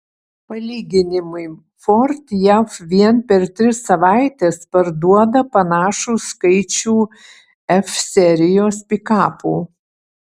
palyginimui ford jav vien per tris savaites parduoda panašų skaičių f serijos pikapų